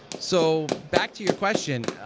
so back to your question.